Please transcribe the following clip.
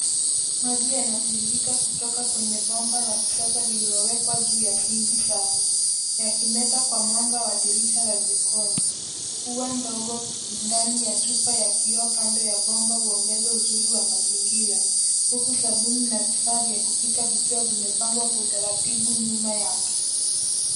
Maji yanatiririka kutoka kwa bomba la kisasa lililowekwa juu ya sinki safi yakimeta kwa mwanga wa dirisha la jikoni. Ua ndogo ndani ya chupa ya kioo kando ya bomba huongeza uzuri wa mazingira huku sabuni na vifaa vya kupika vikiwa vimepangwa kwa utaratibu nyuma yake.